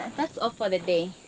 that's all for the day,